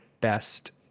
best